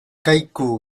kaiku